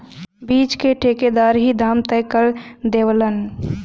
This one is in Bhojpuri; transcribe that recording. बीच क ठेकेदार ही दाम तय कर देवलन